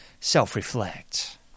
self-reflect